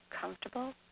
comfortable